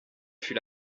fut